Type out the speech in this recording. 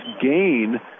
gain